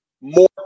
more